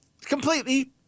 completely